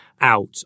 out